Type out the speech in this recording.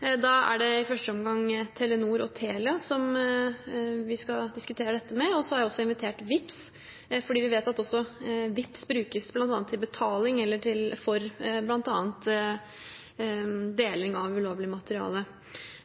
er i første omgang Telenor og Telia vi skal diskutere dette med. Jeg har også invitert VIPPS, fordi vi vet at også VIPPS bl.a. brukes til betaling for deling av ulovlig materiale.